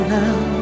now